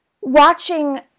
Watching